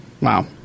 wow